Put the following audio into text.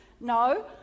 no